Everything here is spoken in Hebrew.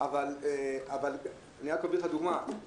בנוסף, הדקות בסוף, יש חבילות.